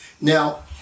Now